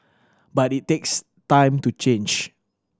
but it takes time to change